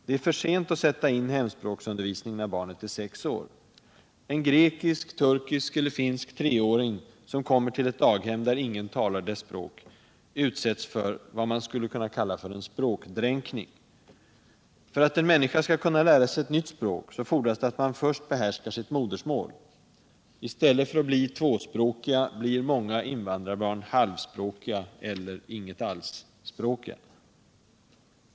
Det är för sent att sätta in hemspråksundervisning när barnet är sex år. En grekisk, turkisk eller finsk treåring, som kommer till ett daghem där ingen talar dess språk, utsätts för vad man skulle kunna kalla en språkdränkning. För att en människa skall kunna lära sig ett nytt språk fordras att hon först behärskar sitt modersmål. I stället för att bli tvåspråkiga blir många invandrarbarn halvspråkiga eller inget-alls-språkiga.